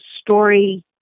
story